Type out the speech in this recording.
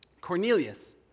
Cornelius